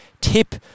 Tip